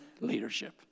leadership